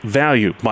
value